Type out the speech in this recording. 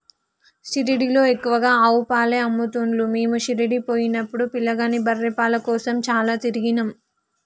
షిరిడీలో ఎక్కువగా ఆవు పాలే అమ్ముతున్లు మీము షిరిడీ పోయినపుడు పిలగాని బర్రె పాల కోసం చాల తిరిగినం